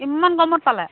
ইমান কমত পালে